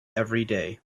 everyday